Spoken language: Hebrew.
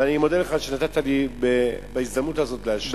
ואני מודה לך על שנתת לי בהזדמנות הזאת להשלים.